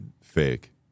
fake